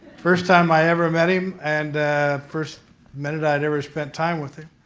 first time i ever met him and first minute i had ever spent time with him.